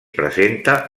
presenta